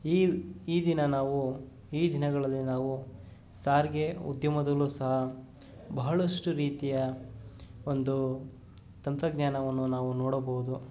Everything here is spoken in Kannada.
ಈ ಈ ದಿನ ನಾವು ಈ ದಿನಗಳಲ್ಲಿ ನಾವು ಸಾರಿಗೆ ಉದ್ಯಮದಲ್ಲೂ ಸಹ ಬಹಳಷ್ಟು ರೀತಿಯ ಒಂದು ತಂತ್ರಜ್ಞಾನವನ್ನು ನಾವು ನೋಡಬಹುದು